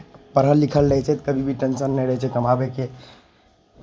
पढ़ल लिखल रहै छै तऽ कभी भी टेन्शन नहि रहै छै कमाबैके